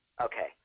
Okay